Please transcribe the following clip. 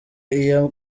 iya